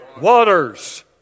Waters